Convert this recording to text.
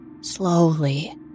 slowly